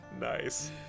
Nice